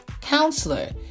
counselor